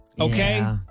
okay